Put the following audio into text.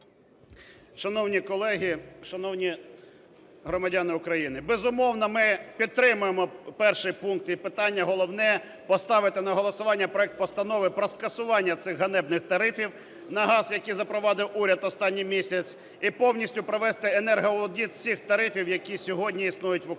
Шановні колеги, шановні громадяни України! Безумовно, ми підтримуємо перший пункт і питання головне – поставити на голосування проект Постанови про скасування цих ганебних тарифів на газ, які запровадив уряд останній місяць і повністю провести енергоаудит всіх тарифів, які сьогодні існують в Україні.